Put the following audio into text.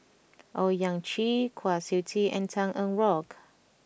Owyang Chi Kwa Siew Tee and Tan Eng Bock